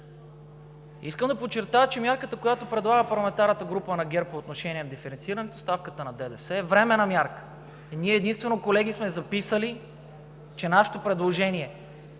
Искам да подчертая, че мярката, която предлага парламентарната група на ГЕРБ по отношение диференцирането на ставката на ДДС, е временна мярка. Ние, колеги, единствено сме записали, че нашето предложение